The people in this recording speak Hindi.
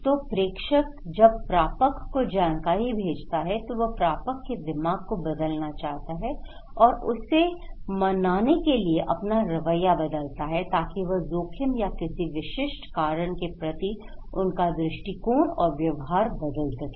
तो प्रेषक जब प्रापक को जानकारी भेजता है तो वह प्रापक के दिमाग को बदलना चाहता है और उसे मनाने के लिए अपना रवैया बदलता है ताकि वह जोखिम या किसी विशिष्ट कारण के प्रति उनका दृष्टिकोण और व्यवहार बदल सके